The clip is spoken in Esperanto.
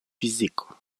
fiziko